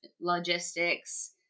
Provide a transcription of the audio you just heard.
logistics